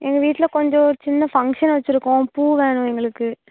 எங்கள் வீட்டில கொஞ்சம் சின்ன ஃபங்க்ஷன் வச்சிருக்கோம் பூ வேணும் எங்களுக்கு